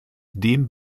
dem